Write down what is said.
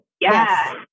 Yes